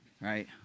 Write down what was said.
Right